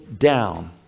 Down